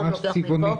לפעמים מפה.